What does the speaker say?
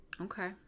Okay